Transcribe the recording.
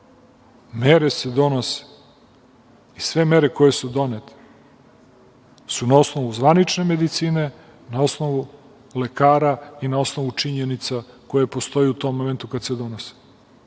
mere se donose i sve mere koje su donete su na osnovu zvanične medicine, na osnovu lekara i na osnovu činjenica koje postoje u tom momentu kada se donose.